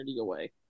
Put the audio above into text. away